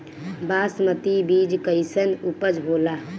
बासमती बीज कईसन उपज होला?